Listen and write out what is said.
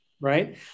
right